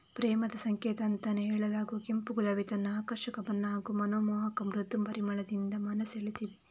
ಪ್ರೇಮದ ಸಂಕೇತ ಅಂತಾನೇ ಹೇಳಲಾಗುವ ಕೆಂಪು ಗುಲಾಬಿ ತನ್ನ ಆಕರ್ಷಕ ಬಣ್ಣ ಹಾಗೂ ಮನಮೋಹಕ ಮೃದು ಪರಿಮಳದಿಂದ ಮನ ಸೆಳೀತದೆ